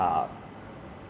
you know from all those ah